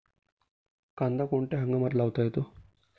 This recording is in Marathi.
कांदा कोणत्या हंगामात लावता येतो?